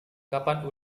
kapan